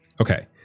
Okay